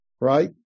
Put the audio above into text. right